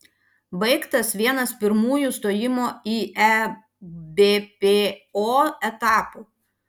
baigtas vienas pirmųjų stojimo į ebpo etapų